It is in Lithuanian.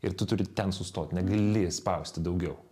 ir tu turi ten sustot negali spausti daugiau